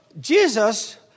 Jesus